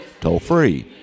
toll-free